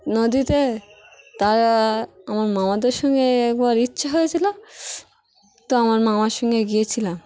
নদীতে তারা আমার মামাদের সঙ্গে একবার ইচ্ছা হয়েছিলো তো আমার মামার সঙ্গে গিয়েছিলাম